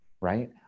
Right